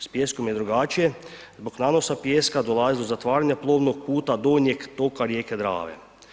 S pijeskom je drugačije, zbog nanosa pijeska dolazi do zatvaranja plovnog puta, donjeg toka rijeke Drave.